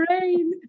rain